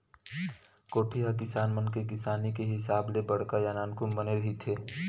कोठी ह किसान मन के किसानी के हिसाब ले बड़का या नानकुन बने रहिथे